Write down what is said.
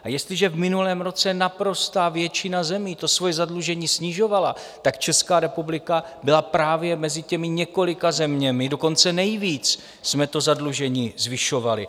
A jestliže v minulém roce naprostá většina zemí svoje zadlužení snižovala, Česká republika byla právě mezi těmi několika zeměmi, dokonce nejvíc jsme to zadlužení zvyšovali.